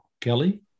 Kelly